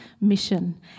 mission